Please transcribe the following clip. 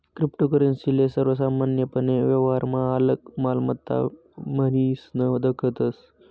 cryptocurrency ले सर्वसामान्यपने व्यवहारमा आलक मालमत्ता म्हनीसन दखतस